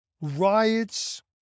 riots